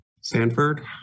Sanford